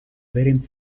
بریم